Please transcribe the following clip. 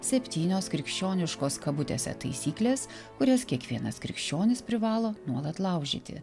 septynios krikščioniškos kabutėse taisyklės kurias kiekvienas krikščionis privalo nuolat laužyti